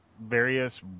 various